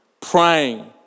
praying